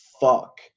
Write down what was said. fuck